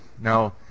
Now